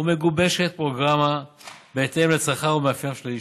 ומגובשת פרוגרמה בהתאם לצרכיו ומאפייניו של היישוב,